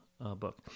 book